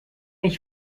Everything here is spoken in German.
ich